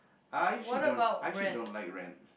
I actually don't I actually don't like rent